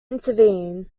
intervene